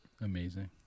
Amazing